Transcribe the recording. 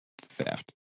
theft